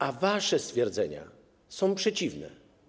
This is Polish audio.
A wasze stwierdzenia są przeciwne.